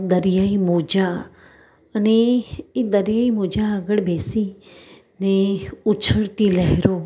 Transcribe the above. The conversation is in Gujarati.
દરિયાઈ મોજા અને એ દરિયાઈ મોજા આગળ બેસી ને ઉછળતી લહેરો